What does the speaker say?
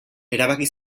erabaki